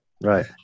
Right